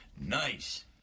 Nice